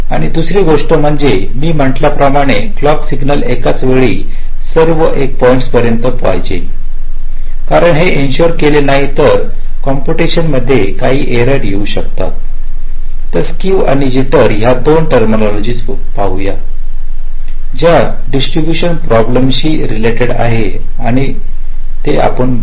आणि दुसरी गोष्ट म्हणजे मी म्हंटल्या प्रमाणे क्लॉक सिग्नल एकाच वेळी सर्व एक पॉइंट्सपर्यंत पोहोचला पाहिजे कारण हे इश शुअर केले नाही तर किंपुटेशन मध्ये काही एरर येऊ शकतात तर स्केव आणि जिटर या दोन टर्मिनॉलॉजिएस पाहूया ज्या डिस्टरीब्यूशन प्रॉब्लेम शी रिलेटेड आहेत आणि कशा रिलेटेड आहेत हे पाहू